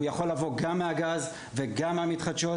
הוא יכול לבוא גם מהגז וגם מהמתחדשות.